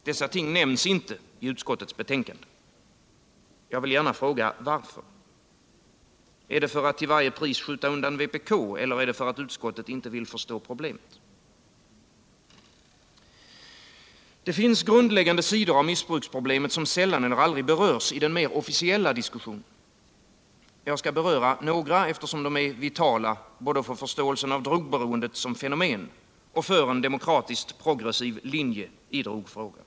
Dessa ting nämns inte i utskottets betänkande. Jag vill gärna fråga: varför? Är det för att till varje pris skjuta undan vpk, eller är det för att utskottet inte vill förstå problemet? Det finns grundläggande sidor av missbruksproblemet som sällan eller aldrig berörs i den mer officiella diskussionen. Jag skall beröra några, eftersom de är vitala både för förståelsen av drogberoendet som fenomen och för en demokratisk-progressiv linje i drogfrågan.